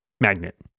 magnet